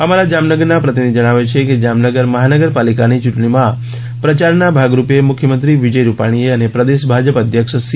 અમારા જામનગરના પ્રતિનિધી જણાવે છે કે જામનગર મહાનગરપાલિકાની યૂંટણીમાં પ્રયારના ભાગરૂપે મુખ્યમંત્રી વિજય રૂપાણીએ અને પ્રદેશ ભાજપ અધ્યક્ષ સી